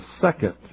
second